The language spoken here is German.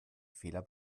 fehler